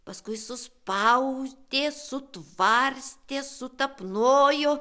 paskui suspausdė sutvarstė sutapnojo